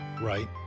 right